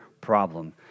problem